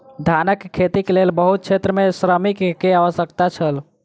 धानक खेतीक लेल बहुत क्षेत्र में श्रमिक के आवश्यकता छल